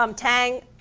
um tang.